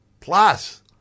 plus